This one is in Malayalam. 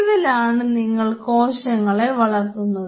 ഇതിലാണ് നിങ്ങൾ കോശങ്ങളെ വളർത്തുന്നത്